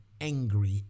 angry